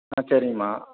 ஆ சரிங்கம்மா